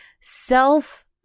self